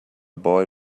boy